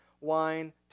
wine